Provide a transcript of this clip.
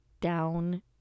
down